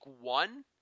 one